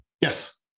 Yes